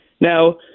now